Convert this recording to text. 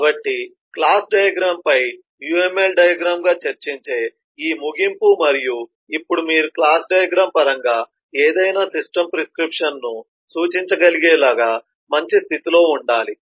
కాబట్టి class diagram పై UML diagram గా చర్చించే ఈ ముగింపు మరియు ఇప్పుడు మీరు క్లాస్ డయాగ్రమ్ పరంగా ఏదైనా సిస్టమ్ ప్రిస్క్రిప్షన్ను సూచించగలిగేలా మంచి స్థితిలో ఉండాలి